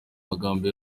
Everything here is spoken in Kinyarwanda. magambo